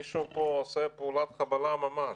מישהו פה עושה פעולת חבלה ממש.